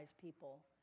people